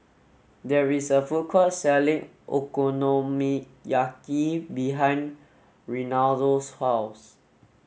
there is a food court selling Okonomiyaki behind Reinaldo's house